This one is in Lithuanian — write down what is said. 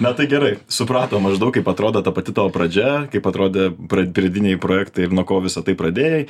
na tai gerai supratom maždaug kaip atrodo ta pati tavo pradžia kaip atrodė pra pradiniai projektai ir nuo ko visą tai pradėjai